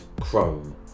Chrome